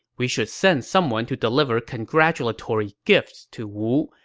we should send someone to deliver congratulatory gifts to wu,